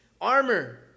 armor